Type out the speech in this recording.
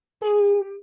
Boom